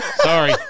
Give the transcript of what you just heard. Sorry